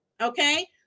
Okay